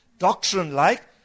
Doctrine-like